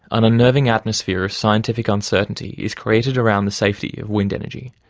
an unnerving atmosphere of scientific uncertainty is created around the safety of wind energy.